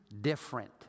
different